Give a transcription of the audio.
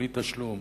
בלי תשלום,